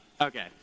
Okay